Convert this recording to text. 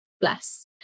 Bless